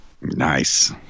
Nice